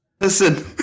Listen